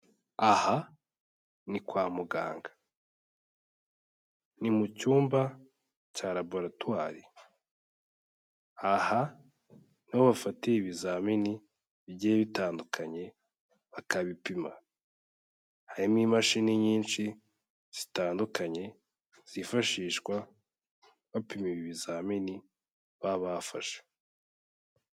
Aha ni kwa muganga, ni mu cyumba cya laboratwari, aha niho bafatira ibizamini bigiye bitandukanye bakabipima, harimo imashini nyinshi zitandukanye, zifashishwa bapima ibi bizamini baba bafashe.